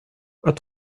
pas